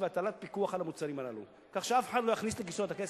והטלת פיקוח על המוצרים הללו כך שאף אחד לא יכניס לכיסו את הכסף,